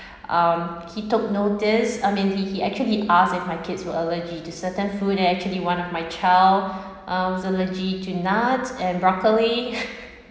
um he took notice I mean he he actually ask if my kids were allergic to certain food and actually one of my child um was allergic to nuts and broccoli